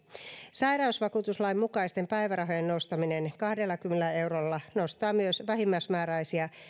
sairausvakuutuslain mukaisten päivärahojen nostaminen kahdellakymmenellä eurolla nostaa myös vähimmäismääräisiä